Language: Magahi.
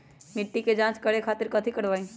मिट्टी के जाँच करे खातिर कैथी करवाई?